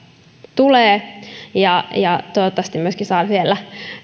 tulee toivottavasti myös saan siellä